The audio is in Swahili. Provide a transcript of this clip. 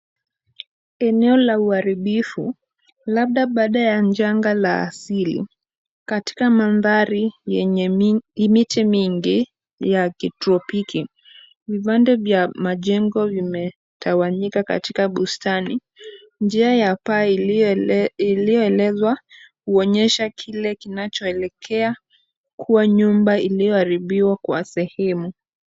Eneo la uharibifu labda baada ya janga la asili. Katika mandhari yenye miti mingi ya kitropiki . Vipande vya majengo vimetawanyika katika bustani. Njia ya paa ilioelezwa huonyesha kile kinachoelekea kuwa nyumba ilioharibiwa kwa sehemu.